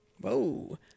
Whoa